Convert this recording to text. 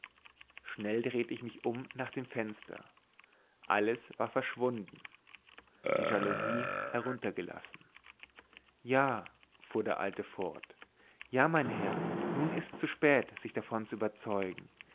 schnell drehte ich mich um nach dem fenster alles war verschwunden die jalousie heruntergelassen ja fuhr der alte fort ja mein herr nun ist's zu spät sich davon zu überzeugen